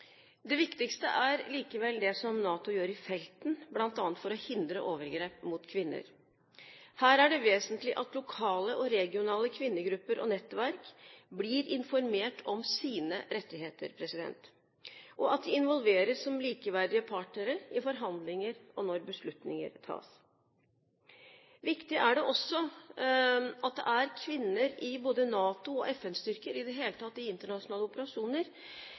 Det viktigste er likevel det som NATO gjør i felten bl.a. for å hindre overgrep mot kvinner. Her er det vesentlig at lokale og regionale kvinnegrupper og nettverk blir informert om sine rettigheter, og at de involveres som likeverdige partnere i forhandlinger og når beslutninger tas. Viktig er det også at det er kvinner i både NATO- og FN-styrker, i det hele tatt i internasjonale operasjoner.